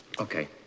Okay